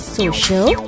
social